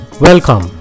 Welcome